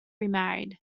remarried